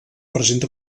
presenta